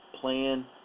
plan